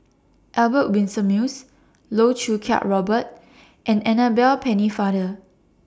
Albert Winsemius Loh Choo Kiat Robert and Annabel Pennefather